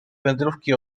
wędrówki